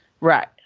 Right